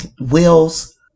Will's